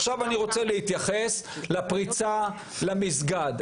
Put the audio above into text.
עכשיו אני רוצה להתייחס לפריצה למסגד.